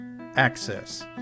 Access